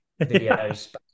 videos